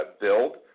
build